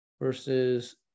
versus